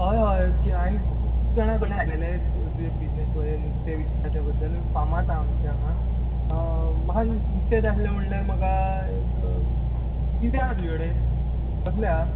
हय हय हांवें खूब जाणां कडल्यान आयकलेलें तुवें बिझनस पळय नुस्तें विकपाच्या बद्दल फामाद आसा आमच्या हांगा म्हाका नुस्तें जाय आसलें म्हणल्यार म्हाका एक किदें आसा तुज्या कडेन कसलें आसा